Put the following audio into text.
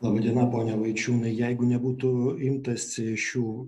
laba diena pone vaičiūnai jeigu nebūtų imtasi šių